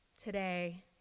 Today